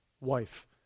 wife